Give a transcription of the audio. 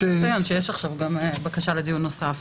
חשוב לציין שיש עכשיו גם בקשה לדיון נוסף.